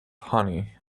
honey